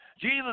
Jesus